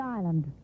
Island